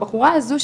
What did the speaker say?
הבחורה הזו,